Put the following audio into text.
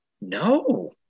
no